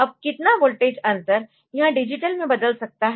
अब कितना वोल्टेज अंतर यह डिजिटल में बदल सकता है